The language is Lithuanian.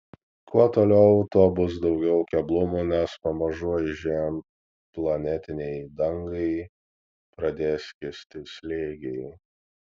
kuo toliau tuo bus daugiau keblumų nes pamažu aižėjant planetinei dangai pradės kisti slėgiai